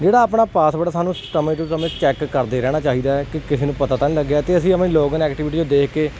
ਜਿਹੜਾ ਆਪਣਾ ਪਾਸਵਰਡ ਸਾਨੂੰ ਸਮੇਂ ਟੂ ਸਮੇਂ ਚੈੱਕ ਕਰਦੇ ਰਹਿਣਾ ਚਾਹੀਦਾ ਕਿ ਕਿਸੇ ਨੂੰ ਪਤਾ ਤਾਂ ਨਹੀਂ ਲੱਗਿਆ ਅਤੇ ਅਸੀਂ ਆਪਣੇ ਲੋਗਇਨ ਐਕਟੀਵਿਟੀ 'ਚ ਦੇਖ ਕੇ